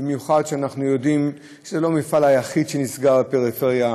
במיוחד כשאנחנו יודעים שזה לא המפעל היחיד שנסגר בפריפריה.